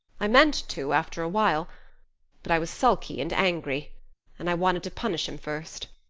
i meant to, after awhile but i was sulky and angry and i wanted to punish him first.